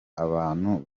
abantu